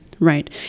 Right